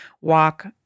walk